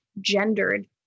gendered